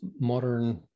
modern